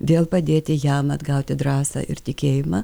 vėl padėti jam atgauti drąsą ir tikėjimą